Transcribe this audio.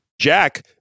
jack